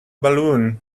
balloon